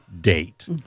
date